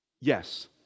Yes